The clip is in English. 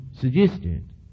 suggested